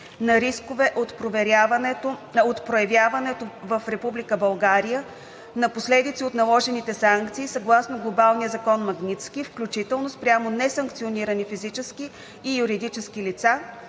на рискове от проявяването в Република България на последици от наложените санкции съгласно Глобалния закон „Магнитски“, включително спрямо несанкционирани физически и юридически лица,